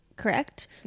Correct